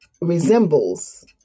resembles